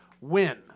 win